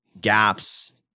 gaps